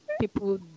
people